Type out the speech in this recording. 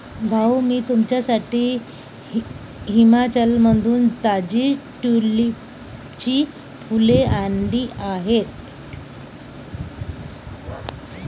भाऊ, मी तुझ्यासाठी हिमाचलमधून ताजी ट्यूलिपची फुले आणली आहेत